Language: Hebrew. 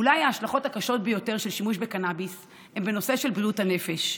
אולי ההשלכות הקשות ביותר של שימוש בקנביס הן בנושא של בריאות הנפש.